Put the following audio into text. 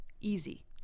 Easy